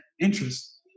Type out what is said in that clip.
interest